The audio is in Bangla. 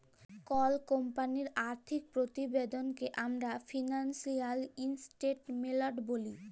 কল কমপালির আথ্থিক পরতিবেদলকে আমরা ফিলালসিয়াল ইসটেটমেলট ব্যলি